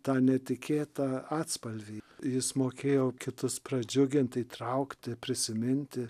tą netikėtą atspalvį jis mokėjo kitus pradžiugint įtraukti prisiminti